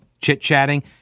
chit-chatting